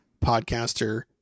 podcaster